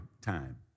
time